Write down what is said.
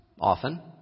often